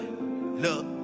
look